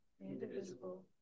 indivisible